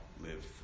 live